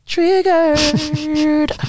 Triggered